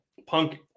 Punk